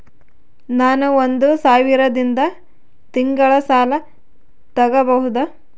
ನಾನು ಒಂದು ಸಾವಿರದಿಂದ ತಿಂಗಳ ಸಾಲ ತಗಬಹುದಾ?